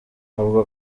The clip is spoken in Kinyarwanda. avuga